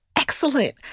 excellent